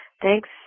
Thanks